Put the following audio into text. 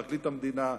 פרקליט המדינה,